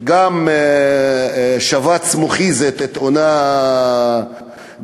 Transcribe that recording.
גם שבץ מוחי זה תאונה גופנית,